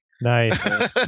Nice